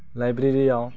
लाइब्रेरियाव